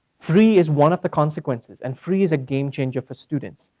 free is one of the consequences and free is a game changer for students.